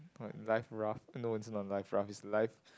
life raft no it's not life raft it's life